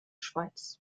schweiz